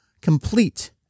Complete